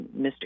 Mr